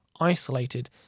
isolated